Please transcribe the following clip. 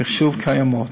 מחשוב קיימות,